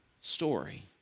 story